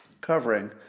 covering